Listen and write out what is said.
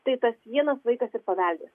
tai tas vienas vaikas ir paveldės